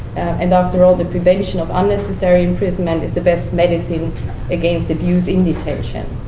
and after all, the prevention of unnecessary imprisonment is the best medicine against abusing detention.